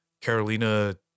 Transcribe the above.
Carolina